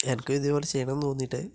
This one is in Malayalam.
എനിക്കും ഇതേപോലെ ചെയ്യണമെന്ന് തോന്നിയിട്ട്